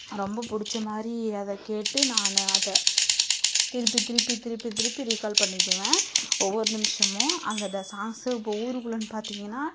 ரொம்ப பிடிச்ச மாதிரி அதை கேட்டு நான் அதை திருப்பி திருப்பி திருப்பி திருப்பி ரீகால் பண்ணிக்குவேன் ஒவ்வொரு நிமிஷமும் அந்த இதை சாங்ஸு இப்போது ஊருக்குள்ளேன் பார்த்தீங்கன்னா